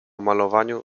malowaniu